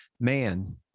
man